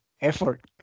effort